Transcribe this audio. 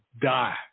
die